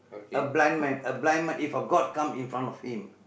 a blind man a blind man if a god come in front of him